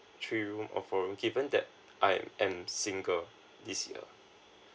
three room or four room even that I am single this year